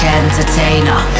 entertainer